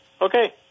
Okay